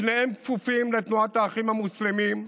שניהם כפופים לתנועת האחים המוסלמים,